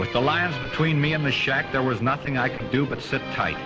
with the lines between me and the shack there was nothing i could do but sit tight